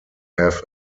have